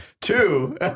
Two